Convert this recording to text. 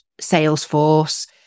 Salesforce